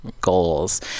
goals